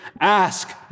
ask